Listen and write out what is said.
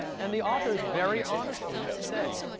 and the authors very honestly say,